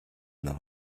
now